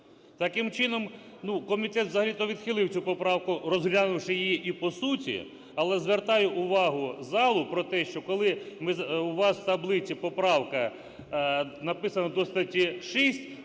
Таким чином, комітет взагалі відхилив цю поправку, розглянувши її і по суті, але звертаю увагу залу, про те, що коли у вас в таблиці поправка написана до статті 6,